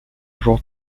jour